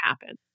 happen